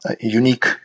unique